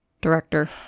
director